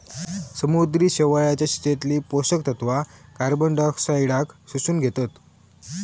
समुद्री शेवाळाच्या शेतीतली पोषक तत्वा कार्बनडायऑक्साईडाक शोषून घेतत